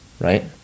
right